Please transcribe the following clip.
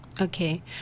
Okay